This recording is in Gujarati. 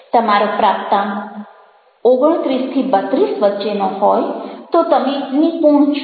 તમારો પ્રાપ્તાંક 29 32 વચ્ચેનો હોય તો તમે નિપુણ છો